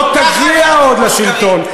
לא תגיע עוד לשלטון.